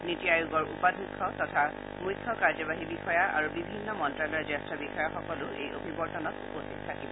নীতি আয়োগৰ উপাধ্যক্ষ তথা মুখ্য কাৰ্যবাহী বিষয়া আৰু বিভিন্ন মন্ত্ৰালয়ৰ জ্যেষ্ঠ বিষয়াসকলো এই অভিৱৰ্তনত উপস্থিত থাকিব